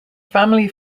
family